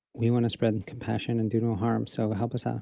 we want to spread and compassion and do no harm. so help us out.